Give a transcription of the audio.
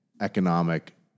economic